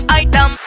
item